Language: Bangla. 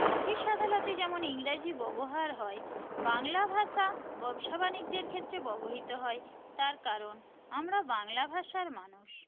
অফিস আদালতে যেমন ইংরাজি ব্যবহার হয় বাংলা ভাষা ব্যবসা বাণিজ্যের ক্ষেত্রে ব্যবহৃত হয় তার কারণ আমরা বাংলা ভাষার মানুষ